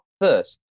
first